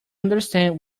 understand